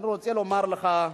אני רוצה לומר לך,